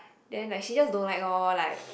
then like she just don't like lor like